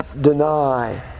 deny